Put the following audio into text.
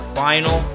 final